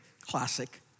classic